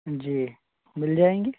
जी मिल जाएंगे